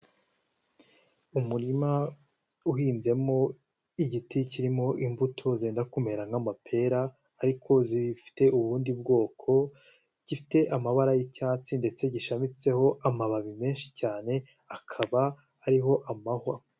Umurima uhinzemo igiti kirimo imbuto zenda kumera nk'amapera ariko zifite ubundi bwoko, gifite amabara y'icyatsi ndetse gishamitseho amababi menshi cyane akaba ariho amahwa.